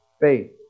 faith